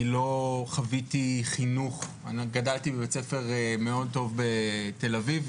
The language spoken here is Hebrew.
למדתי בבית ספר טוב מאוד בתל-אביב,